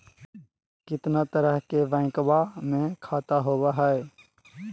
कितना तरह के बैंकवा में खाता होव हई?